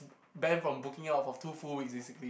ban from booking out for two full weeks basically